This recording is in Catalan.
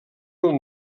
del